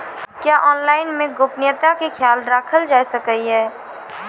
क्या ऑनलाइन मे गोपनियता के खयाल राखल जाय सकै ये?